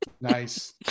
Nice